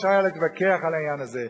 היה אפשר להתווכח על העניין הזה.